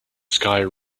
sky